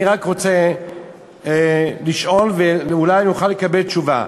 אני רק רוצה לשאול, ואולי נוכל לקבל תשובה: